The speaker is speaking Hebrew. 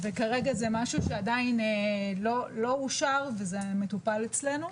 כרגע זה משהו שעדיין לא אושר, וזה מטופל אצלנו.